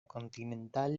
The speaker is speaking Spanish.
continental